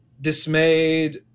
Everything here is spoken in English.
dismayed